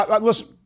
Listen